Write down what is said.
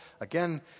again